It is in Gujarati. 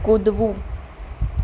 કૂદવું